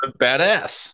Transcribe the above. Badass